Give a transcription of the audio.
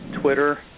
Twitter